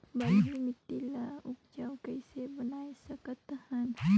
बलुही माटी ल उपजाऊ कइसे बनाय सकत हन?